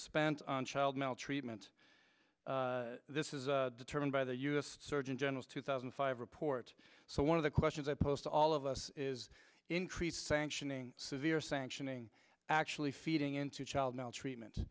spent on child maltreatment this is a determined by the u s surgeon general two thousand five report so one of the questions i posed to all of us is increase sanctioning severe sanctioning actually feeding into child maltreatment